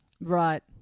Right